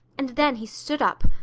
and then he stood up,